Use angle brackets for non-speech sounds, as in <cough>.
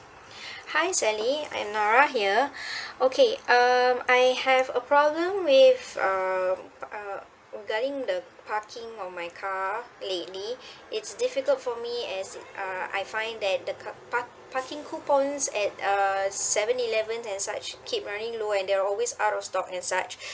hi sally I'm nara here <breath> okay um I have a problem with um uh regarding the parking of my car lately it's difficult for me as uh I find that the car park parking coupon at uh seven eleven and such keep running low and they always out of stock and such